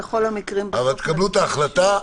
קבלו את ההחלטה,